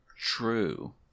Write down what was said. True